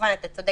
כמובן אתה צודק.